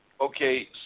Okay